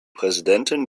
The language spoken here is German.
präsidentin